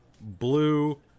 blue